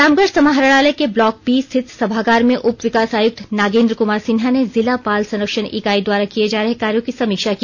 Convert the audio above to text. रामगढ़ समाहरणालय के block B स्थित सभागार में उप विकास आयुक्त नागेंद्र क मार सिन्हा ने जिला बाल संरक्षण इकाई द्वारा किए जा रहे कार्यों की समीक्षा की